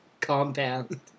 compound